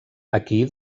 aquí